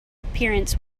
appearance